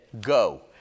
go